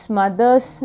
mothers